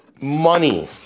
money